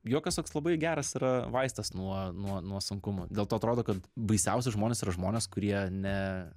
juokas toks labai geras yra vaistas nuo nuo nuo sunkumų dėl to atrodo kad baisiausi žmonės yra žmonės kurie ne